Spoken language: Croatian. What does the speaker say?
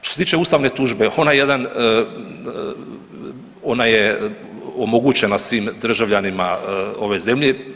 Što se tiče ustavne tužbe, onda je jedan, ona je omogućena svih državljanima ove zemlje.